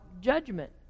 judgment